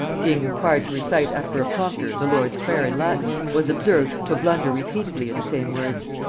being required to recite after a prompter the lord's prayer in latin, was observed to blunder repeatedly in the same words.